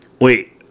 Wait